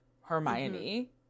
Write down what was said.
Hermione